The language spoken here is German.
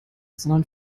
sondern